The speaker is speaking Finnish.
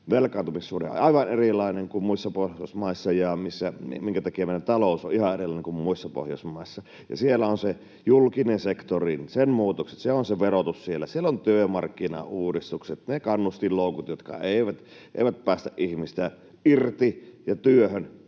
velkaantumissuhde on aivan erilainen kuin muissa Pohjoismaissa ja minkä takia meidän talous on ihan erilainen kuin muissa Pohjoismaissa. Siellä on se julkinen sektori, sen muutokset, siellä on se verotus, siellä on työmarkkinauudistukset, ne kannustinloukut, jotka eivät päästä ihmistä irti ja työhön,